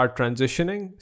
transitioning